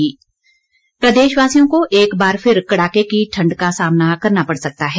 मौसम प्रदेशवासियों को एक बार फिर कड़ाके की ठंड का सामना करना पड़ सकता है